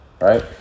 right